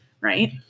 right